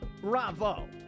bravo